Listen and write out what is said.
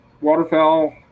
waterfowl